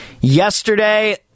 yesterday